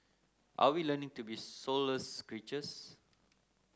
are we learning to be soulless creatures